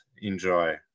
enjoy